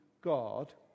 God